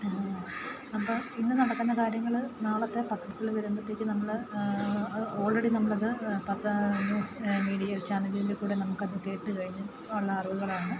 അപ്പം ഇന്നു നടക്കുന്ന കാര്യങ്ങൾ നാളത്തെ പത്രത്തിൽ വരുമ്പോഴത്തേക്കു നമ്മൾ അത് ഓൾറെഡി നമ്മളത് പത്ര ന്യൂസ് മീഡിയ ചാനലിൽ കൂടി നമുക്കതു കേട്ടു കഴിഞ്ഞ് ഉള്ള അറിവുകളാണ്